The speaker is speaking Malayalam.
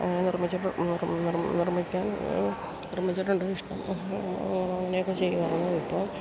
നിർമ്മിച്ചിട്ടുണ്ട് ഇഷ്ടം അങ്ങനെയൊക്കെ ചെയ്തതാണ് ഇപ്പം